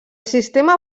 sistema